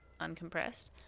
uncompressed